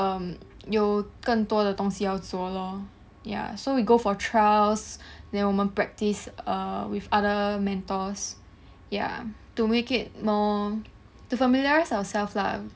um 有更多的东西要做 lor ya so we go for trials then 我们 practice err with other mentors ya to make it more to familiarise ourself lah